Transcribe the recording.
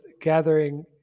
gathering